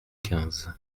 quinze